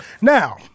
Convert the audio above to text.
Now